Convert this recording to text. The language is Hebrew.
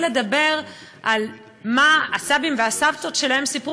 לדבר על מה שהסבים והסבתות שלהם סיפרו.